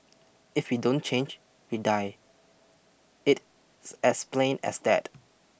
if we don't change we die it as plain as that